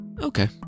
Okay